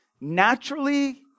naturally